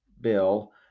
bill